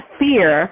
fear